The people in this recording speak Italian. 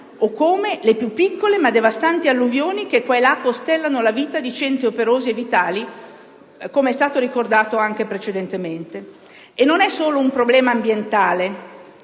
o come le più piccole ma devastanti alluvioni che qua e là costellano la vita di centri operosi e vitali, come è stato ricordato poc'anzi. E non è solo un problema ambientale,